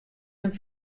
him